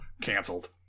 canceled